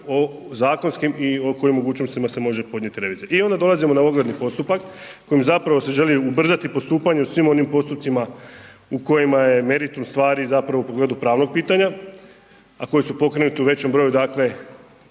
zakonskim i o kojim mogućnostima se može podnijeti revizija. I onda dolazimo na ogledni postupak kojim zapravo se želi ubrzati postupanje u svim onim postupcima u kojima je meritum stvari zapravo u pogledu pravnog pitanja. A koji su pokrenuti u većem broju, dakle